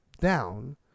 down